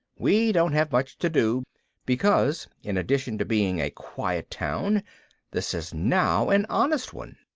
we don't have much to do because in addition to being a quiet town this is now an honest one.